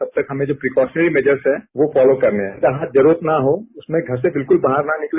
तब तक हमें जो प्रीक्योशनरी मेजर्स है वो फोलो करने हैं जहां जरूरत न हो उसमें घर से बिल्कल बाहर न निकले